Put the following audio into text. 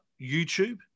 YouTube